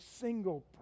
single